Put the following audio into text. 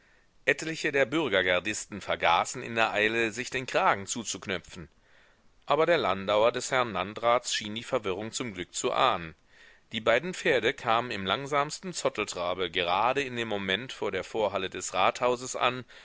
etliche der bürgergardisten vergaßen in der eile sich den kragen zuzuknöpfen aber der landauer des herrn landrats schien die verwirrung zum glück zu ahnen die beiden pferde kamen im langsamsten zotteltrabe gerade in dem moment vor der vorhalle des rathauses an